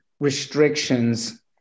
restrictions